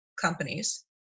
companies